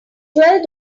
twelve